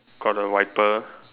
got the wiper